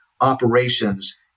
operations